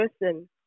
person